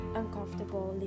uncomfortable